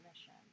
mission